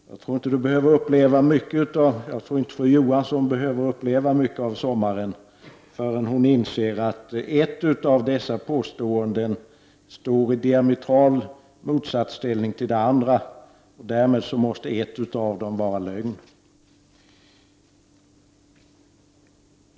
Jag tror inte att fru Johansson behöver uppleva så mycket av sommaren förrän hon inser att dessa påståenden står i diametral motsatsställning till varandra. Därmed måste ett av dem vara lögn.